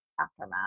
aftermath